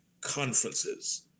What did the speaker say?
conferences